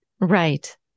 Right